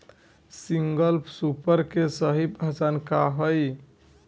Single super के सही पहचान का हई?